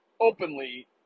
openly